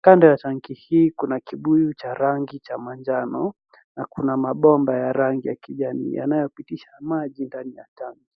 kando ya tanki hii kuna kibuyu cha rangi cha manjano na kuna mabomba ya rangi kijani yanayo pitisha maji ndani ya tanki